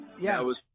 Yes